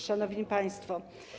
Szanowni Państwo!